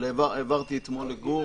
אבל העברתי אתמול לגור.